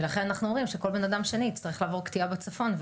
לכן אנחנו אומרים שכל בן אדם שני יצטרך לעבור קטיעה בצפון,